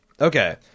Okay